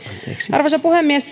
arvoisa puhemies